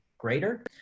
greater